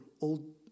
old